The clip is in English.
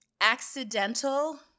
accidental